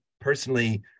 personally